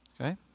Okay